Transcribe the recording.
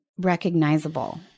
recognizable